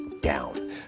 down